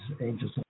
Angels